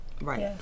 Right